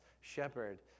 shepherd